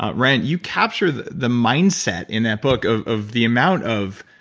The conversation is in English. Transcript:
um ryan, you capture the the mindset in that book of of the amount of